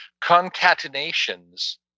concatenations